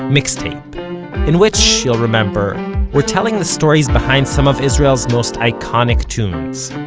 mixtape in which you'll remember we're telling the stories behind some of israel's most iconic tunes.